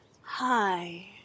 Hi